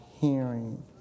hearing